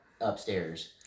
upstairs